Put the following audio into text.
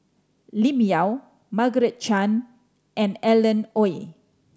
Lim Yau Margaret Chan and Alan Oei